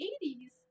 80s